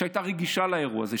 שהייתה רגישה לאירוע הזה,